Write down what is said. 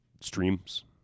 streams